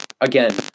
again